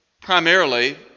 primarily